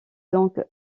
donc